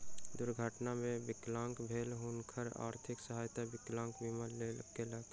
दुर्घटना मे विकलांग भेला पर हुनकर आर्थिक सहायता विकलांग बीमा केलक